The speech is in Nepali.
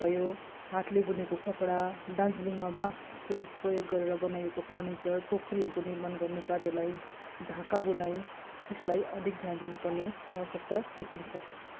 भयो हातले बुनेको कपडा दार्जिलिङमा बाँसको प्रयोग गरेर बनाइएको फर्निचर टोक्रीहरूको निर्माण गर्ने कार्यलाई ढाका बुनाइ यसलाई अधिक ध्यान दिनु पर्ने आवश्यकता देखिन्छ